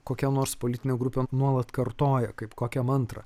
kokia nors politinė grupė nuolat kartoja kaip kokią mantrą